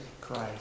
Christ